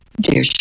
dear